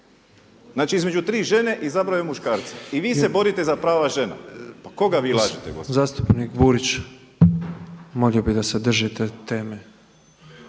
Znači između 3 žene izabrao je muškarca. I vi se borite za prava žena? Pa koga vi lažete gospodo? **Petrov, Božo (MOST)** Zastupnik Borić, molio bih da se držite teme.